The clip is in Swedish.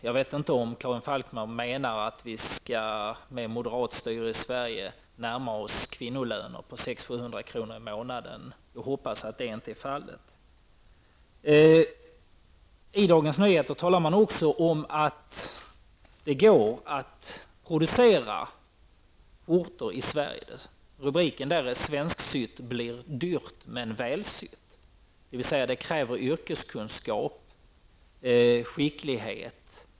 Jag vet inte om Karin Falkmer menar att vi med moderat styre i Sverige skall närma oss kvinnolöner på 600--700 kr. i månaden. Jag hoppas att så inte är fallet. I Dagens Nyheter talar man också om att det går att producera skjortor i Sverige. Rubriken lyder: ''Svensksytt blir dyrt men välsytt''. Det krävs yrkeskunskap och skicklighet.